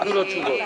תיתנו לו תשובות.